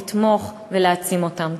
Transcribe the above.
לתמוך ולהעצים אותם.